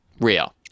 Real